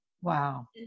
Wow